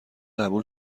قبول